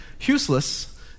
useless